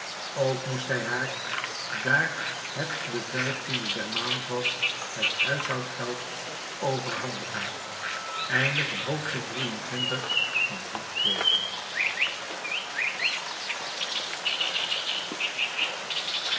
ook moest hij haar daar het de vijftiende der maand was het huishoudgeld overhandigen